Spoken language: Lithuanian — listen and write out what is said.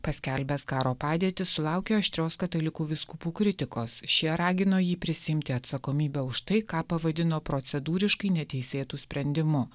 paskelbęs karo padėtis sulaukė aštrios katalikų vyskupų kritikos šie ragino jį prisiimti atsakomybę už tai ką pavadino procedūriškai neteisėtu sprendimu